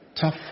tough